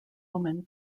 woman